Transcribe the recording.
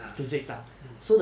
ah mm